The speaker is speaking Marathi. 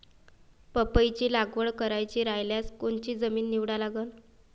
पपईची लागवड करायची रायल्यास कोनची जमीन निवडा लागन?